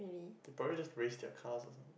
they probably just race their cars or something